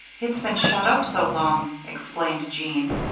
it's been shut up so long, explained jean.